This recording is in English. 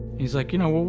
he's, like, you know, well,